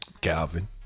Calvin